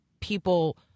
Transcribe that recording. people